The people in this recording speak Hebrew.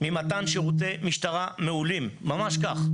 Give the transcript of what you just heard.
ממתן שירותי משטרה מעולים, ממש כך,